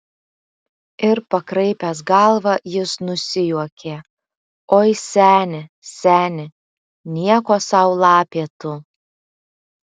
ir pakraipęs galvą jis nusijuokė oi seni seni nieko sau lapė tu